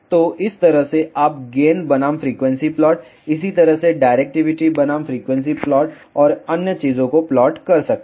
तो इस तरह से आप गेन बनाम फ्रीक्वेंसी प्लॉट इसी तरह डायरेक्टिविटी बनाम फ्रीक्वेंसी प्लॉट और अन्य चीजों को प्लॉट कर सकते हैं